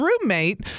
roommate